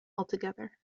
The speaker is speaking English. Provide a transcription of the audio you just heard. altogether